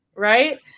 Right